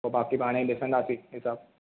पोइ बाक़ी पाणेई ॾिसंदासीं ठीकु आहे